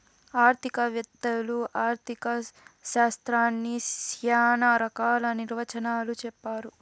ఆర్థిక వేత్తలు ఆర్ధిక శాస్త్రాన్ని శ్యానా రకాల నిర్వచనాలు చెప్పారు